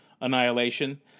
annihilation